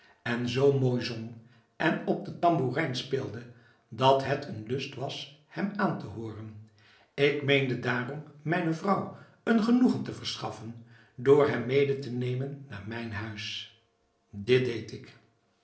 en zoo mooi zong en op de tambourijn speelde dat het een lust was hem aan te hooren ik meende daarom mijne vrouw een genoegen te verschaffen door hem mede te nemen naar mijn huis dit deed ik